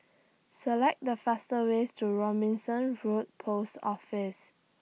Select The fastest ways to Robinson Road Post Office